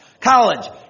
College